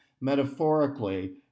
metaphorically